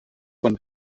von